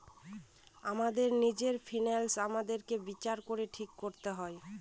আমাদের নিজের ফিন্যান্স আমাদেরকে বিচার করে ঠিক করতে হয়